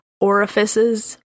orifices